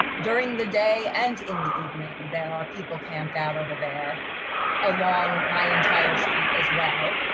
during the day, and in the evening. there are people camped out over there along my entire street as well.